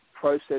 process